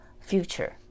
future